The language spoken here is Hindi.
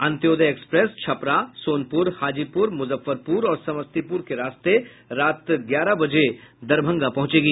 अंत्योदय एक्सप्रेस छपरा सोनपुर हाजीपुर मुजफ्फरपुर और समस्तीपुर के रास्त रात ग्यारह बजे दरभंगा पहुंचेगी